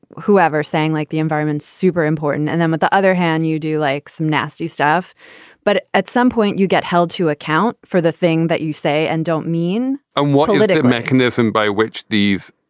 whoever saying like the environment, super important. and then on but the other hand, you do like some nasty stuff but at some point you get held to account for the thing that you say and don't mean a monolithic mechanism by which these